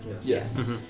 yes